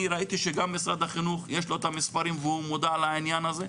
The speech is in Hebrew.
אני ראיתי שגם משרד החינוך יש לו את המספרים והוא מודע לעניין הזה.